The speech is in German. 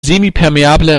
semipermeable